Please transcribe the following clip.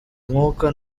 umwuka